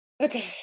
Okay